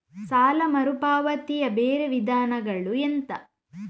ಸಾಲ ಮರುಪಾವತಿಯ ಬೇರೆ ವಿಧಾನಗಳು ಎಂತ?